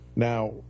Now